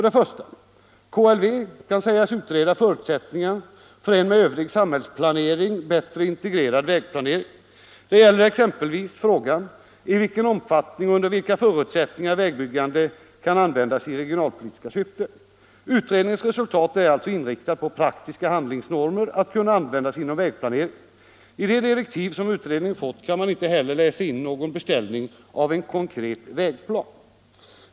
Det första skälet är att KLV kan sägas utreda förutsättningarna för en med övrig samhällsplanering bättre integrerad vägplanering. Det gäller exempelvis frågan i vilken omfattning och under vilka förutsättningar vägbyggande kan användas i regionalpolitiskt syfte. Utredningens resultat är alltså inriktat på praktiska handlingsnormer att kunna användas inom vägplaneringen. I de direktiv som utredningen fått kan man inte heller läsa in någon beställning av en konkret vägplan.